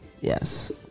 Yes